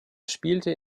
spielte